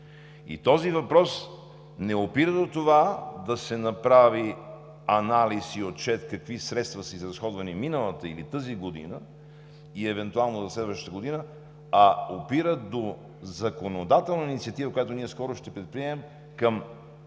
този въпрос не опира до това да се направи анализ и отчет какви средства са изразходвани миналата или тази година и евентуално за следващата година, а опира до законодателна инициатива, която ние скоро ще предприемем за